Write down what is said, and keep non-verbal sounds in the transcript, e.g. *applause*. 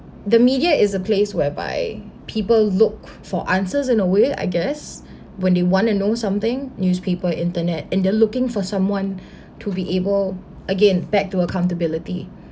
the media is a place whereby people look for answers in a way I guess when they want to know something newspaper internet and they're looking for someone *breath* to be able again back to accountability